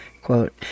Quote